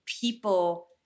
people